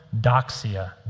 doxia